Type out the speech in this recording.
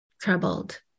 troubled